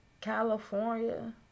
California